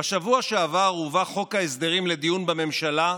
הובא חוק ההסדרים לדיון בממשלה,